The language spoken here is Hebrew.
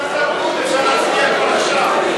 קצת תרבות, אפשר להצביע כבר עכשיו.